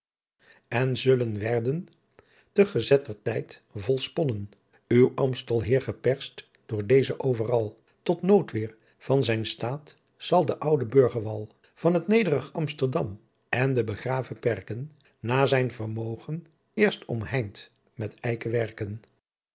en zullen werden ter gezetter tijdt volsponnen adriaan loosjes pzn het leven van hillegonda buisman uw aamstelheer geperst door dezen overval tot noodweer van zijn staat zal d'oude burreghwal van t nedrig amsterdam en de begrave perken naa zijn vermoogen eerst omheint met eike werken